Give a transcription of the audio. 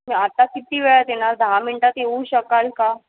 आता किती वेळात येणार दहा मिनटात येऊ शकाल का